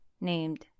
named